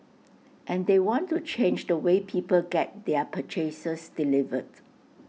and they want to change the way people get their purchases delivered